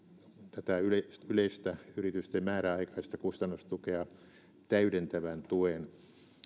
tätä yleistä yleistä yritysten määräaikaista kustannustukea täydentävän tuen